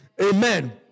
Amen